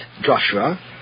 Joshua